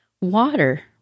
Water